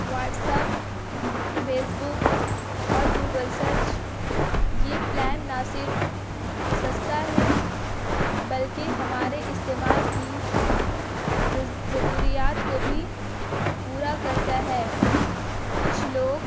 WhatsApp Facebook اور Google search یہ plan نہ صرف سستا ہے بلکہ ہمارے استعمال کی ضروریات کو بھی پورا کرتا ہے کچھ لوگ